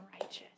righteous